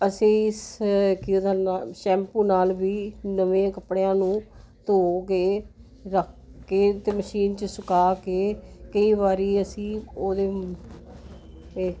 ਅਸੀਂ ਸ਼ੈਂਪੂ ਨਾਲ ਵੀ ਨਵੇਂ ਕੱਪੜਿਆਂ ਨੂੰ ਧੋ ਕੇ ਰੱਖ ਕੇ ਅਤੇ ਮਸ਼ੀਨ 'ਚ ਸੁਕਾ ਕੇ ਕਈ ਵਾਰੀ ਅਸੀਂ ਉਹਦੇ 'ਤੇ